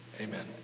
amen